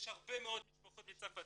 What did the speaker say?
יש הרבה מאוד משפחות מצרפת,